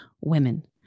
Women